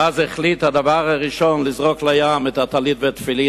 ואז הוא מחליט דבר ראשון לזרוק לים את הטלית והתפילין,